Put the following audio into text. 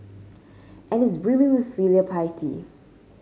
and is brimming with filial piety